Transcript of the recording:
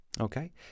Okay